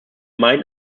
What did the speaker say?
meinen